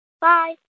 Bye